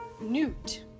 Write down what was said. newt